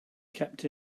kept